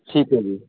ਠੀਕ ਹੈ ਜੀ